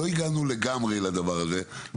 לא הגענו לגמרי לדבר הזה,